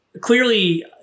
clearly